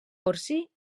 porcí